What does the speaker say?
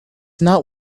not